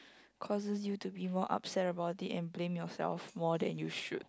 causes you to be more upset about it and blame yourself more than you should